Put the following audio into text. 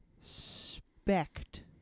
Spect